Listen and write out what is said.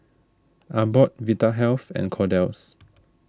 Abbott Vitahealth and Kordel's